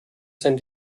sein